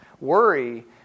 Worry